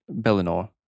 Bellinor